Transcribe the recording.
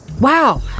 Wow